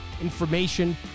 information